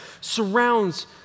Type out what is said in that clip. surrounds